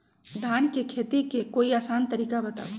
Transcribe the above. धान के खेती के कोई आसान तरिका बताउ?